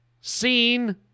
seen